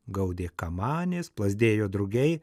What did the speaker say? gaudė kamanės plazdėjo drugiai